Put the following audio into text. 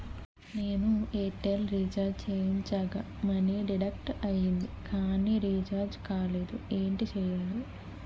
నేను Airtel recharge చేయించగా money deduct అయ్యింది కానీ రీఛార్జ్ కాలేదు ఏంటి చేయాలి?